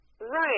Right